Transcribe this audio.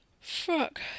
Fuck